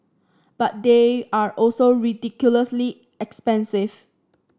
but they are also ridiculously expensive